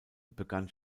begann